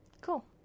cool